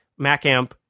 MacAmp